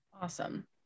Awesome